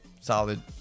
Solid